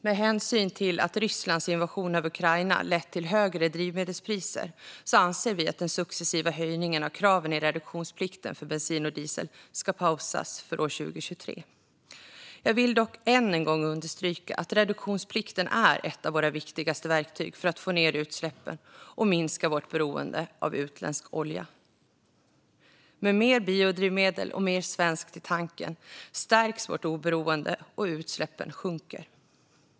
Med hänsyn till att Rysslands invasion av Ukraina har lett till högre drivmedelspriser anser vi att den successiva höjningen av kraven i reduktionsplikten för bensin och diesel ska pausas för 2023. Jag vill dock än en gång understryka att reduktionsplikten är ett av våra viktigaste verktyg för att få ned utsläppen och minska vårt beroende av utländsk olja. Med mer biodrivmedel och mer svenskt i tanken stärks vårt oberoende och utsläppen sjunker.